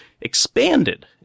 expanded